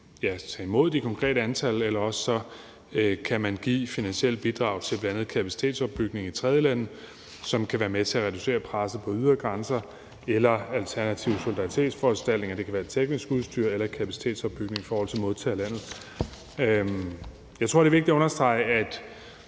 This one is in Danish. tage imod de konkrete antal, eller også kan man give finansielle bidrag til bl.a. kapacitetsopbygningen i tredjelande, som kan være med til at reducere presset på ydre grænser, eller alternative solidaritetsforanstaltninger; det kan være teknisk udstyr eller kapacitetsopbygning i forhold til modtagerlandet. Jeg tror, det er vigtigt at understrege i